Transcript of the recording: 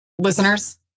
Listeners